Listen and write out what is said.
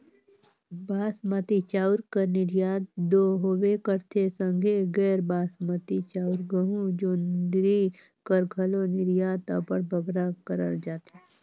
बासमती चाँउर कर निरयात दो होबे करथे संघे गैर बासमती चाउर, गहूँ, जोंढरी कर घलो निरयात अब्बड़ बगरा करल जाथे